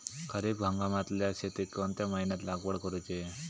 खरीप हंगामातल्या शेतीक कोणत्या महिन्यात लागवड करूची?